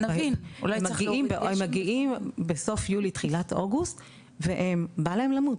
הם מגיעים בסוף יולי תחילת אוגוסט והם 'בא להם למות',